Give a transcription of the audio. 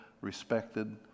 respected